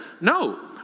No